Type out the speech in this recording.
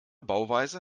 bauweise